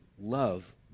love